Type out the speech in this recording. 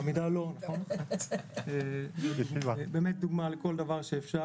אתה באמת דוגמה לכל דבר שאפשר.